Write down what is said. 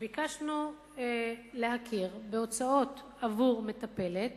שביקשנו להכיר בהוצאות עבור מטפלת